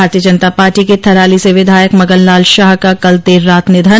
भारतीय जनता पार्टी के थराली से विधायक मगन लाल शाह का कल देर रात निधन